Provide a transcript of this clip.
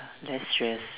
less stress